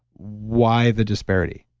why the disparity?